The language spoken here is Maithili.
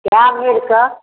कए भरिके